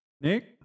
Nick